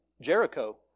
Jericho